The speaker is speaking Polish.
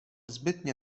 zbytnie